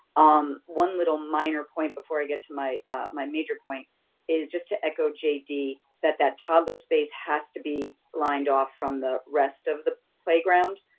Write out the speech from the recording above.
um, one little minor point before i get to my my major point is just to echo jd that that toddler space has to be lined off from the rest of the playground.